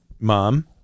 mom